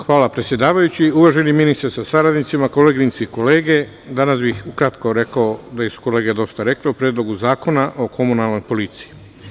Hvala predsedavajući, uvaženi ministre sa saradnicima, koleginice i kolege, danas bih kratko rekao, već su kolege dosta rekle, o Predlogu zakona o komunalnoj policiji.